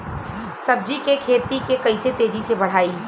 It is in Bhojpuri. सब्जी के खेती के कइसे तेजी से बढ़ाई?